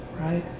Right